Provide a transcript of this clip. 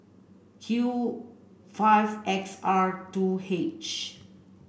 Q five X R two H